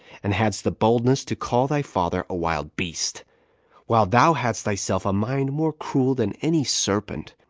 and hadst the boldness to call thy father a wild beast while thou hadst thyself a mind more cruel than any serpent,